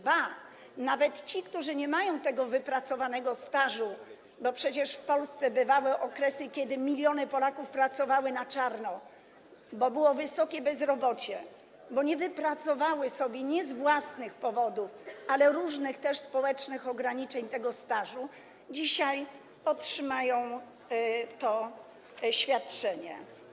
Ba, nawet ci, którzy nie mają wypracowanego stażu, bo przecież w Polsce bywały okresy, kiedy miliony Polaków pracowały na czarno, bo było wysokie bezrobocie, bo nie wypracowały sobie nie z własnych powodów, ale z powodu różnych społecznych ograniczeń tego stażu, dzisiaj otrzymają to świadczenie.